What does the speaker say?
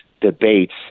debates